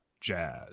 jazz